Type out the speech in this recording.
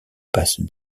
passe